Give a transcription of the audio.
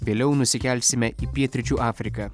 vėliau nusikelsime į pietryčių afriką